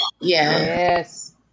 Yes